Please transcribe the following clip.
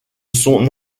son